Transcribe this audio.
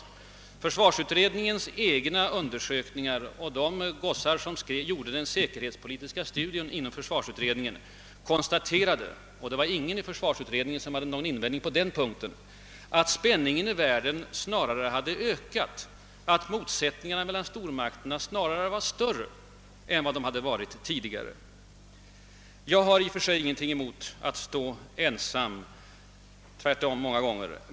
I försvarsutredningens egna undersökningar och i den säkerhetspolitiska studie, som gjordes på försvarsutredningens uppdrag, konstaterades — och ingen i försvarsutredningen reste någon invändning på den punkten — att spänningen i världen snarare hade ökat, att motsättningarna mellan stormakterna snarare var större än vad de hade varit tidigare. Jag har i och för sig ingenting emot att stå ensam — tvärtom många gånger.